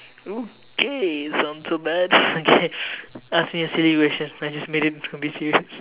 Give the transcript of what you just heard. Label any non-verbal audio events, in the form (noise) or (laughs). okay sounds so bad (laughs) okay ask me a silly question I just made it a bit serious